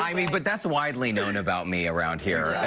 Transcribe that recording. i mean but that's widely know and about me around here.